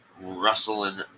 rustling